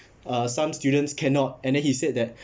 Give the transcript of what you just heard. uh some students cannot and then he said that